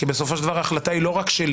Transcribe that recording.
כי בסופו של דבר ההחלטה היא לא רק שלי.